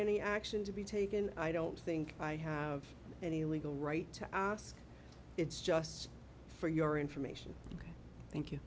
any action to be taken i don't think i have any legal right to ask it's just for your information thank you